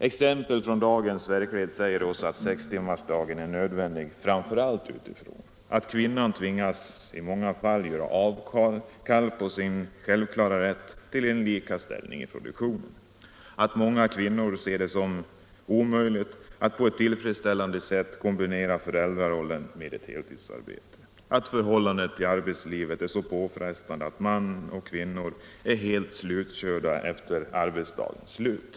Exempel från dagens verklighet säger oss att sextimmarsdagen är nödvändig framför allt utifrån att kvinnan i många fall tvingas göra avkall på sin självklara rätt till Nr 44 lika ställning i Produktionen, odd 4 Å Fredagen den att många kvinnor ser det som omöjligt att på ett tillfredsställande 21 mars 1975 sätt kombinera föräldrarollen med ett heltidsarbete och att förhållandet i arbetslivet är så påfrestande att män och kvinnor = Semesteroch vissa är helt slutkörda efter arbetsdagens slut.